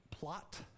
Plot